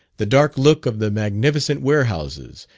the dark look of the magnificent warehouses,